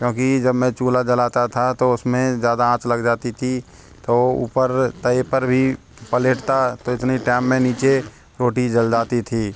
क्योंकि जब मैं चूल्हा जलाता था तो उस में ज़्यादा आँच लग जाती थी तो ऊपर तवे पर भी पलटता तो इतनी टाइम में नीचे रोटी जल जाती थी